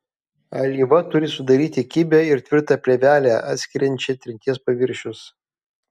alyva turi sudaryti kibią ir tvirtą plėvelę atskiriančią trinties paviršius